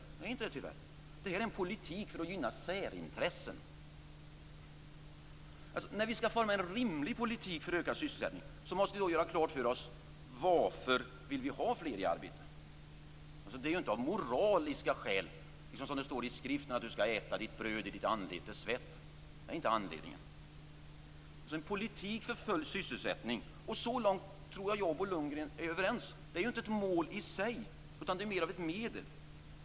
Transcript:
Detta är en politik för att gynna särintressen. När vi skall forma en rimlig politik för ökad sysselsättning måste vi göra klart för oss varför vi vill ha fler i arbete. Det är inte av moraliska skäl, för att du, som det står i skriften, skall äta ditt bröd i ditt anletes svett. Det är inte anledningen. En politik för full sysselsättning - så långt tror jag att Bo Lundgren och jag är överens - är inte ett mål i sig utan mer av ett medel.